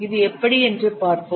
இது எப்படி என்று பார்ப்போம்